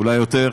אולי יותר,